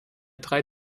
drei